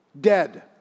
Dead